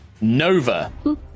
Nova